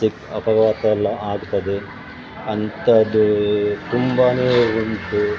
ಸಿಕ್ಕ ಅಪಘಾತ ಎಲ್ಲ ಆಗ್ತದೆ ಅಂಥದ್ದು ತುಂಬಾ ಉಂಟು